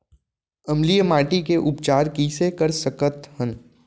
अम्लीय माटी के उपचार कइसे कर सकत हन?